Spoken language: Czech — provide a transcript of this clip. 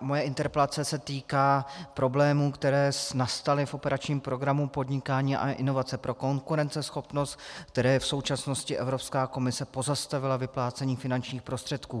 moje interpelace se týká problémů, které nastaly v operačním programu Podnikání a inovace pro konkurenceschopnost, kde v současnosti Evropská komise pozastavila vyplácení finančních prostředků.